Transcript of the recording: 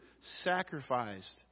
sacrificed